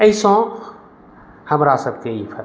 एहि सँ हमरा सबकेँ ई